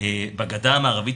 בגדה המערבית,